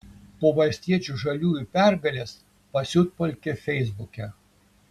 po valstiečių žaliųjų pergalės pasiutpolkė feisbuke